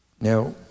now